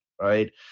right